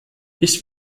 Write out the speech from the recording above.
ich